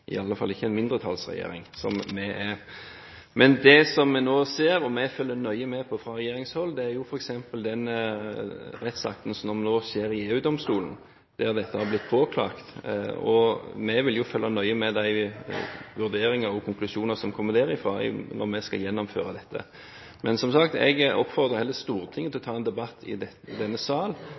i alle fall ikke en mindretallsregjering som vi er. Men det som vi nå ser, og vi følger nøye med fra regjeringshold, er f.eks. den rettsakten som nå skjer i EU-domstolen, der dette har blitt påklagd. Vi vil følge nøye med på de vurderinger og konklusjoner som kommer derfra når vi skal gjennomføre dette. Men, som sagt, jeg oppfordrer heller Stortinget til å ta en debatt i denne sal